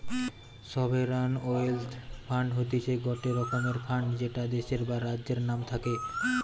sovereign wealth fund হতিছে গটে রকমের ফান্ড যেটা দেশের বা রাজ্যের নাম থাকে